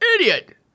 idiot